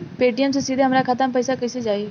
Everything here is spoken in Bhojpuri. पेटीएम से सीधे हमरा खाता मे पईसा कइसे आई?